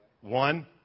One